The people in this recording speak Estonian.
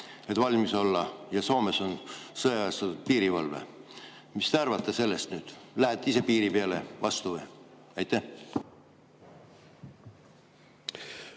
et valmis olla. Ja ka Soomes on sõjaväestatud piirivalve. Mis te arvate sellest nüüd? Lähete ise piiri peale vastu või?